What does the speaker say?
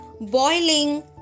boiling